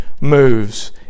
moves